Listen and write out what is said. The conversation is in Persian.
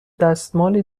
دستمالی